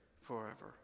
forever